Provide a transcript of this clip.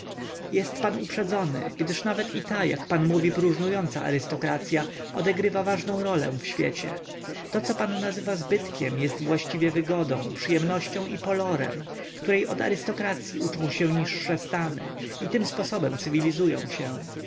jest pan uprzedzony gdyż nawet i ta jak pan mówi próżnująca arystokracya odegrywa ważną rolę na świecie to co pan nazywa zbytkiem jest właściwie wygodą przyjemnością i polorem której od arystokracyi uczą się nawet niższe stany i tym sposobem cywilizują się